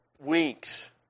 weeks